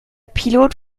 pilot